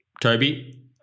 Toby